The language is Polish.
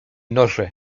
norze